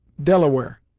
delaware,